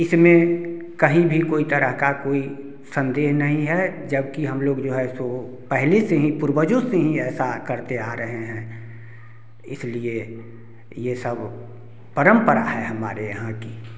इसमें कहीं भी कोई तरह का कोई संदेह नहीं है जब कि हम लोग जो है सो पहले से ही पूर्वजों से ही ऐसा करते आ रहे हैं इसी लिए यह सब परंपरा है हमारे यहाँ की